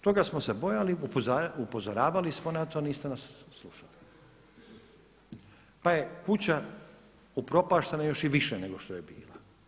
Toga smo se bojali, upozoravali smo na to, niste nas slušali pa je kuća upropaštena još i više nego što je bila.